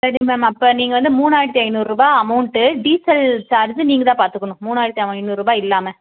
சரிங்க மேம் அப்போ நீங்கள் வந்து மூணாயிரத்து ஐந்நூறு ரூபாய் அமௌண்ட்டு டீசல் சார்ஜ் நீங்கள்தான் பார்த்துக்கணும் மூணாயிரத்து ஐந்நூறு ரூபாய் இல்லாமல்